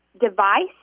device